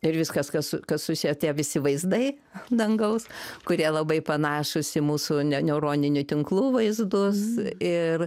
ir viskas kas kas susiję tie visi vaizdai dangaus kurie labai panašūs į mūsų neuroninių tinklų vaizdus ir